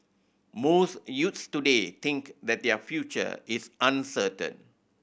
most youths today think that their future is uncertain